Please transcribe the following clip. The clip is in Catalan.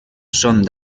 són